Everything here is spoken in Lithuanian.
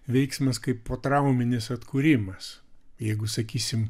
veiksmas kaip potrauminis atkūrimas jeigu sakysim